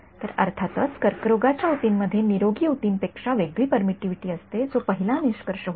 तर अर्थातच कर्करोगाच्या ऊतींमध्ये निरोगी ऊतींपेक्षा वेगळी परमिटिव्हिटीअसते जो पहिला निष्कर्ष होता